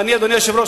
ואדוני היושב-ראש,